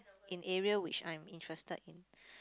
in area which I'm interested in